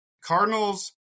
Cardinals